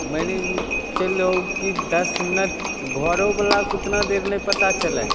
मानि चलऽ कि दस मिनट घरोवलाके ओतना देर नहि पता चलै हइ